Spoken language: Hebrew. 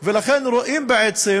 רואים בעצם